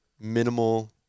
minimal